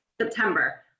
September